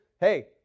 Hey